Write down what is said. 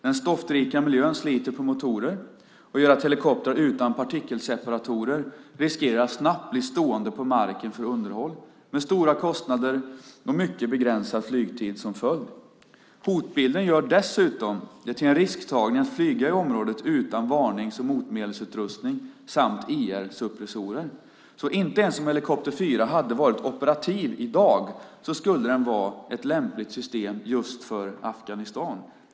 Den stoftrika miljön sliter på motorer och gör att helikoptrar utan partikelseparatorer riskerar att snabbt bli stående på marken för underhåll med stora kostnader och mycket begränsad flygtid som följd. Hotbilden gör det dessutom till en risktagning att flyga i området utan varnings och motmedelsutrustning samt IR-suppressorer. Inte ens om helikopter 4 hade varit operativ i dag skulle den ha varit ett lämpligt system just för Afghanistan.